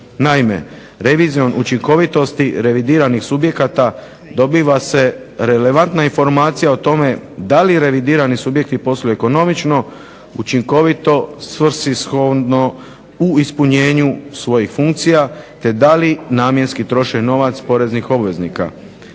Naime, revizijom učinkovitosti revidiranih subjekata dobiva se relevantna informacija o tome da li revidirani subjekti posluju ekonomično, učinkovito, svrsishodno u ispunjenju svojih funkcija te da li namjenski troše novac poreznih obveznika.